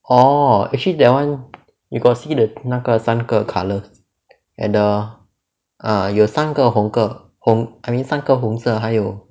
orh actually that [one] you got see the 那个三个 colours and ah 有三个红个红 I mean 三个红色还有